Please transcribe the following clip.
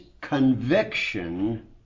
conviction